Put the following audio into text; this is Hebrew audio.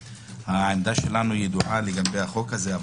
העמדה שלנו ידועה לגבי החוק הזה.